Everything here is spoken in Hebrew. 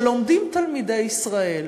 כשלומדים תלמידי ישראל